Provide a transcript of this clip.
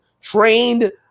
trained